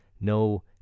no